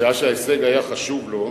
שעה שההישג היה חשוב לו,